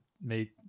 made